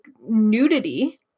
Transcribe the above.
nudity